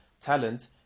talent